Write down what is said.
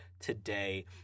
today